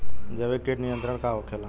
जैविक कीट नियंत्रण का होखेला?